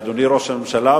אדוני ראש הממשלה,